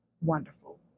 wonderful